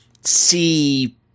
see